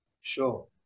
Sure